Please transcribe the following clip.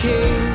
King